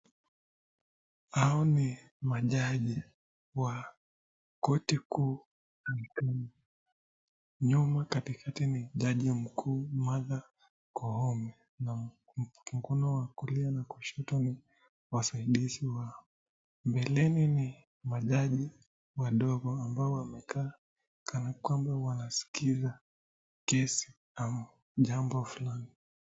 Hao ni majaji wa koti kuu. Nyuma katikati ni Jaji Mkuu Martha Koome na mkono wa kulia na kushoto ni wasaidizi wa mbeleni ni majaji wadogo ambao wamekaa kana kwamba wanasikiza kesi ama jambo fulani.